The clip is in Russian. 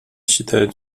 считают